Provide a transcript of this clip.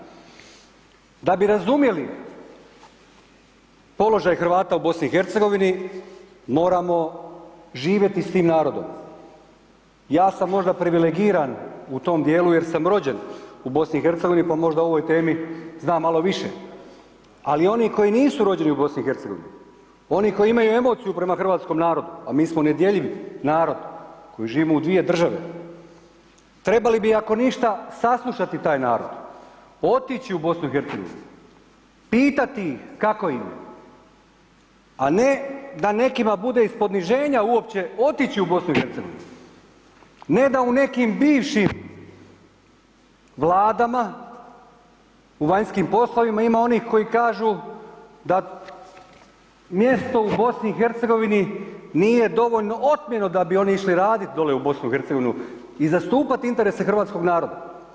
Da bi razumjeli položaj Hrvata u BiH moramo živjeti s tim narodom, ja sam možda privilegiran u tome dijelu jer sam rođen u BiH, pa možda o ovoj temi znam malo više, ali oni koji nisu rođeni u BiH, oni koji imaju emociju prema hrvatskom narodu, a mi smo nedjeljiv narod koji živimo u dvije države, trebali bi, ako ništa, saslušati taj narod, otići u BiH, pitati ih kako im je, a ne da nekima bude iz poniženja uopće otići u BiH, ne da u nekim bivšim Vladama, u vanjskim poslovima, ima onih koji kažu da mjesto u BiH nije dovoljno otmjeno da bi oni išli raditi dole u BiH i zastupati interese hrvatskog naroda.